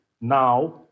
now